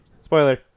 Spoiler